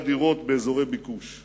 הקודמת, או הציעו ויתורים מפליגים